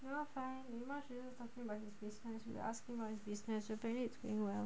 you are fine himraj is just talking about his business with you asking about his business apparently it's well